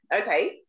okay